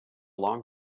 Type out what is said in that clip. long